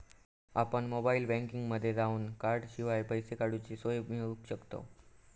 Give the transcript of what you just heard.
आपण मोबाईल बँकिंगमध्ये जावन कॉर्डशिवाय पैसे काडूची सोय मिळवू शकतव